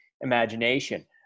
imagination